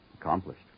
Accomplished